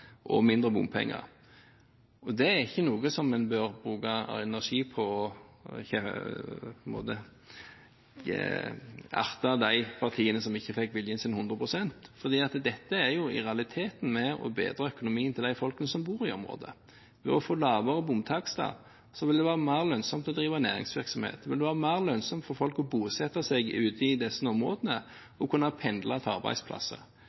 og mindre bompenger. Det er ikke noe som en bør bruke energi på – å erte de partiene som ikke fikk viljen sin 100 pst. – for dette er i realiteten med på å bedre økonomien til de folkene som bor i området. Ved å få lavere bompengetakster vil det være mer lønnsomt å drive næringsvirksomhet. Det vil være mer lønnsomt for folk å bosette seg i disse områdene ved å kunne pendle til arbeidsplasser.